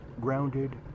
grounded